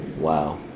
wow